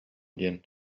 диэн